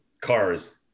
cars